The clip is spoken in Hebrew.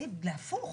הפוך.